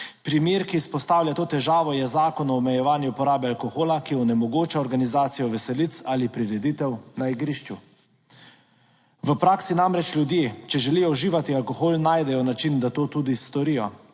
Primer, ki izpostavlja to težavo, je zakon o omejevanju porabe alkohola, ki onemogoča organizacijo veselic ali prireditev na igrišču. V praksi namreč ljudje, če želijo uživati alkohol, najdejo način, da to tudi storijo.